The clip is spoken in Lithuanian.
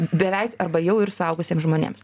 beveik arba jau ir suaugusiems žmonėms